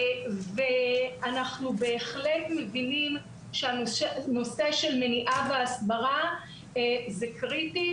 אנחנו בהחלט מבינים שנושא המניעה והסברה הוא קריטי,